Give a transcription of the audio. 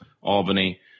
Albany